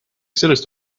sellest